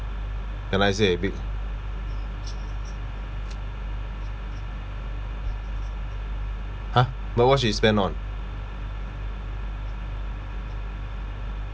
can I say a bit !huh! but what spend on